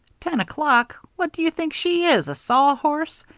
ten o'clock! what do you think she is a sawhorse!